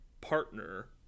partner